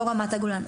לא רמת הגולן,